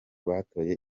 batoye